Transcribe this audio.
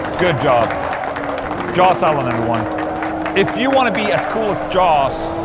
good job joss allen everyone if you want to be as cool as joss.